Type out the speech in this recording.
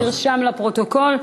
נרשם בפרוטוקול.